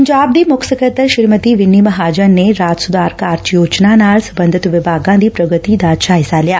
ਪੰਜਾਬ ਦੀ ਮੁੱਖ ਸਕੱਤਰ ਸ੍ਰੀਮਤੀ ਵਿਨੀ ਮਹਾਜਨ ਨੇ ਰਾਜ ਸੁਧਾਰ ਕਾਰਜ ਯੋਜਨਾ ਨਾਲ ਸਬੰਧਤ ਵਿਭਾਗਾਂ ਦੀ ਪ੍ਰਗਤੀ ਦਾ ਜਾਇਜ਼ਾ ਲਿਆ